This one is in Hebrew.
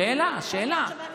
שאלה, שאלה.